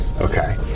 Okay